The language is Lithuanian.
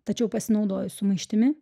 tačiau pasinaudojus sumaištimi